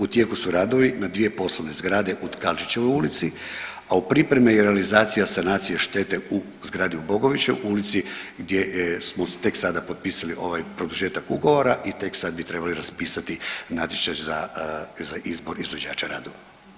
U tijeku su radovi na dvije poslovne zgrade u Tkalčićevoj ulici, a u pripremi je i realizacija sanacije štete u zgradi u Bogovićevoj u ulici gdje smo tek sada potpisali ovaj produžetak ugovora i tek sada bi trebali raspisati natječaj za izbor izvođača radova.